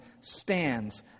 stands